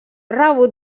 rebut